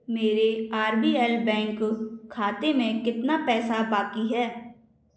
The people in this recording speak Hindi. मेरे आर बी एल बैंक खाते में कितना पैसा बाकी है